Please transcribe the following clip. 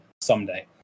someday